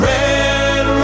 Red